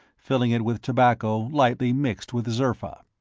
filling it with tobacco lightly mixed with zerfa.